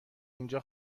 اینجا